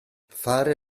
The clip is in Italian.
fare